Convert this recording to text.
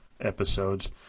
episodes